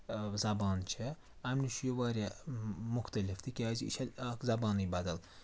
زَبان چھےٚ اَمہِ نِش چھُ یہِ واریاہ مُختلِف تِکیٛازِ یہِ چھےٚ اکھ زَبانٕے بَدل